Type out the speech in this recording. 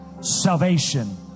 salvation